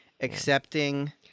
accepting